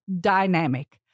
dynamic